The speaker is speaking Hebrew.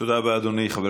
תודה רבה, אדוני.